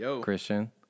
Christian